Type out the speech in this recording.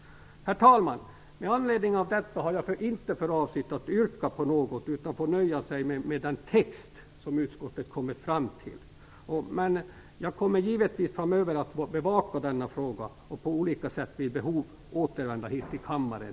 Herr talman! Jag har inte för avsikt att göra något yrkande, utan får nöja mig med den text som utskottet kommit fram till. Jag kommer givetvis framöver att gå tillbaka till denna fråga och på olika sätt vid behov återvända hit till kammaren.